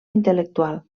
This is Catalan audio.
intel·lectual